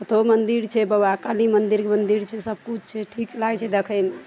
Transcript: ओतौ मन्दिर छै बाबा काली मन्दिरके मन्दिर छै सबकिछु छै ठीक लागै छै देखैमे